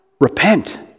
repent